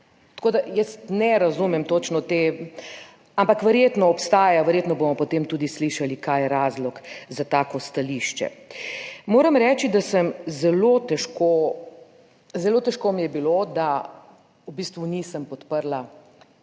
Tako, da jaz ne razumem točno te, ampak verjetno obstaja, verjetno bomo potem tudi slišali, kaj je razlog za tako stališče. Moram reči, da sem zelo težko, zelo težko mi je bilo, da v bistvu nisem podprla